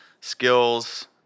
skills